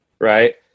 right